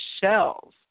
shells